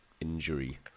injury